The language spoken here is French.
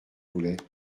voulait